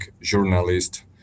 journalist